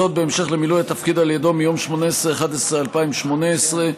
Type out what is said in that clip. זאת בהמשך למילוי התפקיד על ידיו מיום 18 בנובמבר 2018,